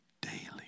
daily